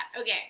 Okay